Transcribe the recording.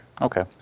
Okay